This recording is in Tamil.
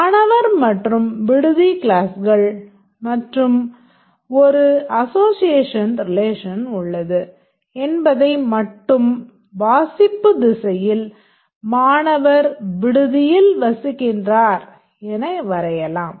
மாணவர் மற்றும் விடுதி க்ளாஸ்கள் மற்றும் ஒரு அசோசியேஷன் ரிலேஷன் உள்ளது என்பதை மட்டும் வாசிப்பு திசையில் மாணவர் விடுதியில் வசிக்கிறார் என வரையலாம்